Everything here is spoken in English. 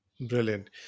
Brilliant